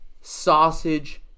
sausage